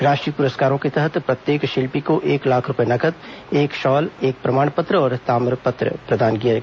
राष्ट्रीय पुरस्कारों के तहत प्रत्येक शिल्पी को एक लाख रूपए नगद एक शॉल एक प्रमाण पत्र और ताम्र पत्र प्रदान किया गया